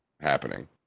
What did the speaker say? happening